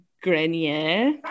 Grenier